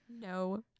No